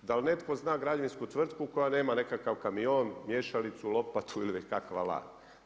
Dal netko zna građevinsku tvrtku koja nema nekakav kamion, miješalicu, lopatu ili kakav alat.